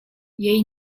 jej